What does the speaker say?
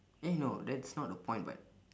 eh no that's not the point but